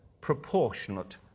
proportionate